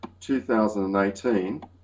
2018